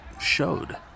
showed